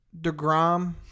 DeGrom